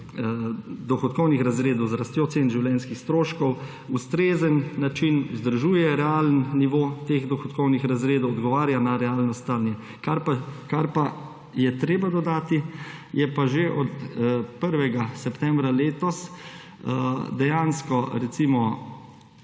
dohodkovnih razredov z rastjo cen življenjskih stroškov ustrezen način, vzdržuje realen nivo teh dohodkovnih razredov, odgovarja na realno stanje. Kar je treba dodati, je pa, da je že od 1. septembra letos dejansko – ni